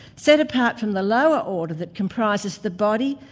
set apart from the lower order that comprises the body,